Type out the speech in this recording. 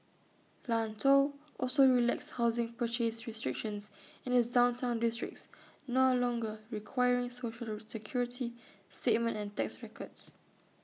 Lanzhou also relaxed housing purchase restrictions in its downtown districts no longer requiring Social Security statement and tax records